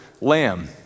lamb